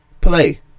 play